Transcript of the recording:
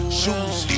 shoes